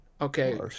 Okay